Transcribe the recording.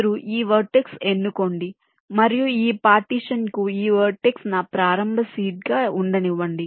మీరు ఈ వర్టెక్స్ ఎన్నుకోండి మరియు ఈ పార్టీషన్ కు ఈ వర్టెక్స్ నా ప్రారంభ సీడ్ గా ఉండనివ్వండి